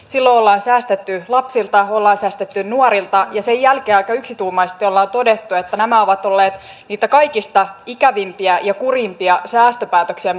silloin ollaan säästetty lapsilta ollaan säästetty nuorilta ja sen jälkeen aika yksituumaisesti ollaan todettu että nämä ovat olleet niitä kaikista ikävimpiä ja kurjimpia säästöpäätöksiä